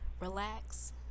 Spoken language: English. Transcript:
relax